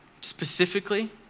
specifically